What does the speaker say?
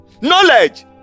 Knowledge